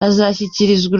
azashyikirizwa